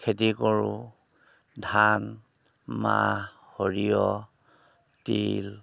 খেতি কৰোঁ ধান মাহ সৰিয়হ তিল